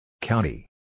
County